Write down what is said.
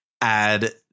add